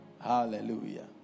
Hallelujah